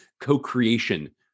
co-creation